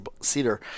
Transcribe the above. Cedar